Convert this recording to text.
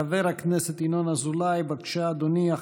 חבר הכנסת ינון אזולאי, בבקשה, אדוני.